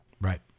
Right